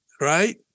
right